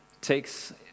takes